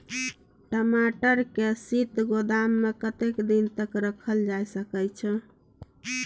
टमाटर के शीत गोदाम में कतेक दिन तक रखल जा सकय छैय?